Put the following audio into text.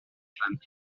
femme